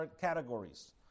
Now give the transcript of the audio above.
categories